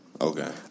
Okay